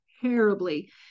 terribly